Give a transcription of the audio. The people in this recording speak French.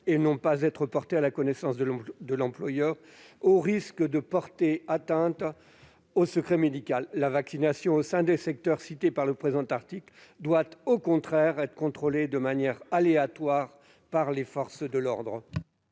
n'ont pas à être portées à la connaissance de l'employeur, sous peine de porter atteinte au secret médical. La vaccination au sein des secteurs mentionnés au présent article doit au contraire être contrôlée de manière aléatoire par les forces de l'ordre.